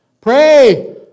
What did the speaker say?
Pray